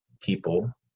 people